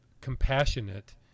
compassionate